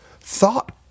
thought